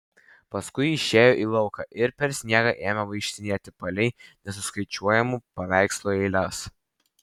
paskui išėjo į lauką ir per sniegą ėmė vaikštinėti palei nesuskaičiuojamų paveikslų eiles